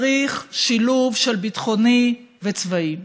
צריך שילוב של ביטחוני וצבאי.